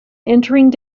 entering